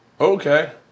Okay